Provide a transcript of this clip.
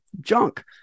junk